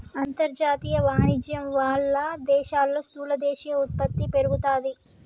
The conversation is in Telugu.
అంతర్జాతీయ వాణిజ్యం వాళ్ళ దేశాల్లో స్థూల దేశీయ ఉత్పత్తి పెరుగుతాది